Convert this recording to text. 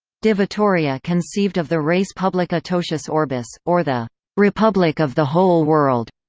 de vitoria conceived of the res publica totius orbis, or the republic of the whole world.